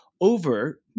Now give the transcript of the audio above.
over